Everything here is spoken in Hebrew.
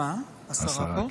השרה פה?